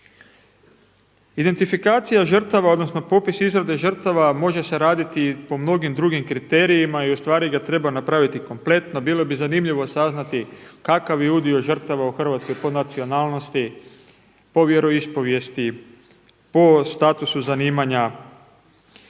Identifikacija žrtava odnosno popis izrade žrtava može se raditi po mnogim drugim kriterijima i u stvari ga treba napraviti kompletno. Bilo bi zanimljivo saznati kakav je udio žrtava u Hrvatskoj po nacionalnosti, po vjeroispovijesti, po statusu zanimanja,